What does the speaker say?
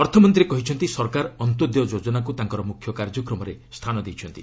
ଅର୍ଥମନ୍ତ୍ରୀ କହିଛନ୍ତି ସରକାର ଅନ୍ତୋଦୟ ଯୋଜନାକୁ ତାଙ୍କର ମୁଖ୍ୟ କାର୍ଯ୍ୟକ୍ରମରେ ସ୍ଥାନ ଦେଇଛନ୍ତି